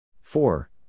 Four